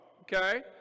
okay